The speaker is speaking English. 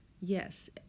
yes